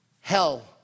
hell